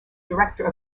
director